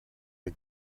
ihr